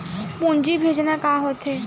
पूंजी भेजना का होथे?